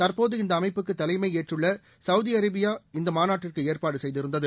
தற்போது இந்த அமைப்புக்கு தலைமை ஏற்றுள்ள சவூதி அரேபியா இந்த மாநாட்டுக்கு ஏற்பாடு செய்திருந்தது